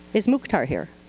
is muktar here?